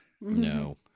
No